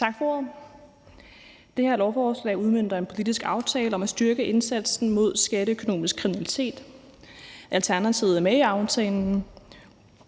Tak for ordet. Det her lovforslag udmønter en politisk aftale om at styrke indsatsen mod skatteøkonomisk kriminalitet. Alternativet er med i aftalen,